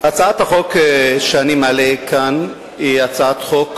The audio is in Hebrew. הצעת החוק שאני מעלה כאן היא הצעת חוק